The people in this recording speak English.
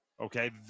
Okay